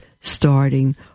starting